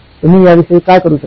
तुम्ही या विषयी काय करू शकता